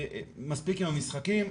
מספיק עם המשחקים,